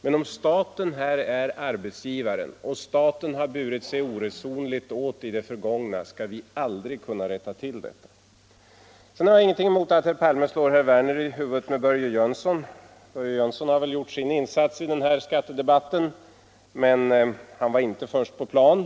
Men om staten här är arbetsgivaren och staten har burit sig oresonligt åt i det förgångna, skall vi då aldrig kunna rätta till det? Sedan har jag ingenting emot att herr Palme slår herr Werner i Tyresö i huvudet med Börje Jönsson. Börje Jönsson har väl gjort sin insats i den här skattedebatten, men han var inte först på plan.